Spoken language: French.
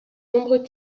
nombreux